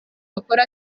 bakora